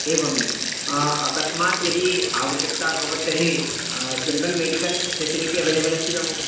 एवमेवम् अकस्मात् यदि आवश्यकता भवेत् तर्हि जन्रल् मेडिकल् फ़ेसिलिटी अवेलेबल् अस्ति न हो